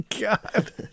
God